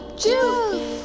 Juice